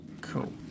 Cool